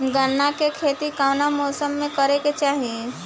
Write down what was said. गन्ना के खेती कौना मौसम में करेके चाही?